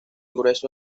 grueso